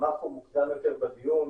נאמר מוקדם יותר בדיון,